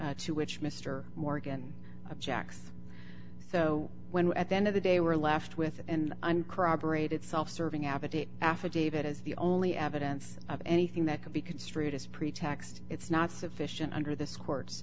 that to which mr morgan objects so when at the end of the day were left with and uncorroborated self serving appetit affidavit is the only evidence of anything that could be construed as pretext it's not sufficient under this court